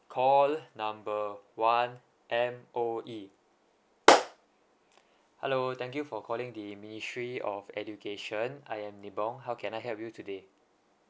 call number one M_O_E hello thank you for calling the ministry of education I am ni bong how can I help you today